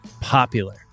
popular